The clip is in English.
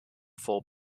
full